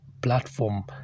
platform